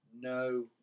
No